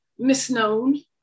misknown